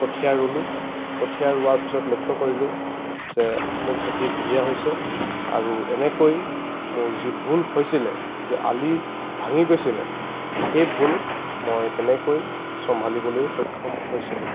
কঠীয়া ৰুলোঁ কঠীয়া ৰোৱাৰ পিছত লক্ষ্য কৰিলোঁ যে মোৰ খেতি ধুনীয়া হৈছে আৰু এনেকৈ মোৰ যি ভুল হৈছিলে যে আলি ভাঙি গৈছিলে সেই ভুল মই তেনেকৈ চম্ভালিবলৈয়ো সক্ষম হৈছিলোঁ